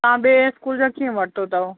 तव्हां ॿिए स्कूल जा कीअं वरितो अथव